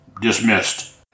dismissed